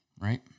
right